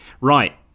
Right